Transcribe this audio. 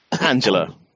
Angela